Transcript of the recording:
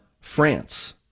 France